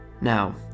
Now